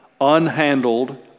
unhandled